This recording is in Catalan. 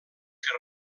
que